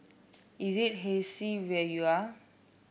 is it hazy where you are